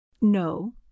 No